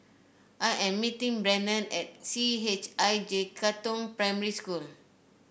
I am meeting Brennen at C H I J Katong Primary School